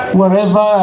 wherever